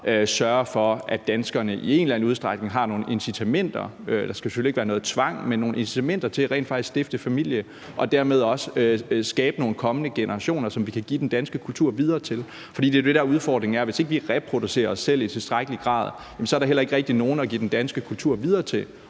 sørger for, at danskerne i en eller anden udstrækning har nogle incitamenter – der skal selvfølgelig ikke være nogen tvang, men nogle incitamenter – til rent faktisk at stifte familie og dermed også skabe nogle kommende generationer, som vi kan give den danske kultur videre til? For det er det, der er udfordringen, nemlig at hvis vi ikke reproducerer os selv i tilstrækkelig grad, er der heller ikke nogen at give den danske kultur videre til.